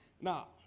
Now